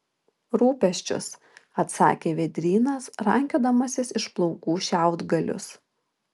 rūpesčius atsakė vėdrynas rankiodamasis iš plaukų šiaudgalius